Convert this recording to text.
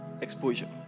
Exposure